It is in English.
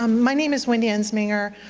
um my name is wendy amsminger,